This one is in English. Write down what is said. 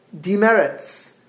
demerits